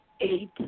Eight